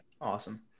Awesome